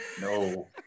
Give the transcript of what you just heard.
No